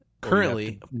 Currently